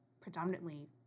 predominantly